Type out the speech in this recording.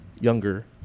younger